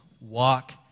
walk